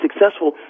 successful